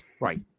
Right